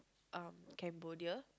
uh Cambodia